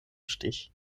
stich